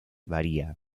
varía